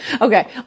Okay